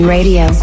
Radio